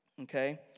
okay